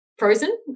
frozen